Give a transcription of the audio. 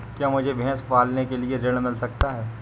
क्या मुझे भैंस पालने के लिए ऋण मिल सकता है?